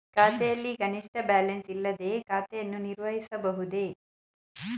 ಖಾತೆಯಲ್ಲಿ ಕನಿಷ್ಠ ಬ್ಯಾಲೆನ್ಸ್ ಇಲ್ಲದೆ ಖಾತೆಯನ್ನು ನಿರ್ವಹಿಸಬಹುದೇ?